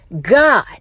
God